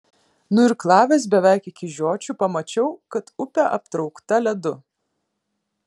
nuirklavęs beveik iki žiočių pamačiau kad upė aptraukta ledu